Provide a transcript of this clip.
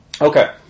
Okay